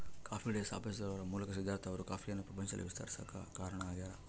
coffee Day ಸ್ಥಾಪಿಸುವದರ ಮೂಲಕ ಸಿದ್ದಾರ್ಥ ಅವರು ಕಾಫಿಯನ್ನು ಪ್ರಪಂಚದಲ್ಲಿ ವಿಸ್ತರಿಸಾಕ ಕಾರಣ ಆಗ್ಯಾರ